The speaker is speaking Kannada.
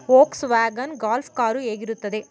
ವೋಕ್ಸ್ವ್ಯಾಗನ್ ಗಾಲ್ಫ್ ಕಾರು ಹೇಗಿರುತ್ತದೆ